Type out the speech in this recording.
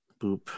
Boop